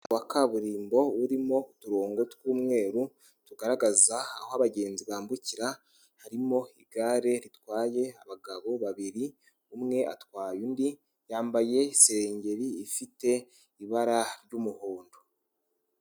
Wa kaburimbo urimo uturongo tw'umweru tugaragaza aho abagenzi bambukira, harimo igare ritwaye abagabo babiri, umwe atwaye undi, yambaye isengeri ifite ibara ry'umuhondo.